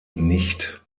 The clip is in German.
nicht